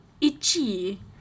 itchy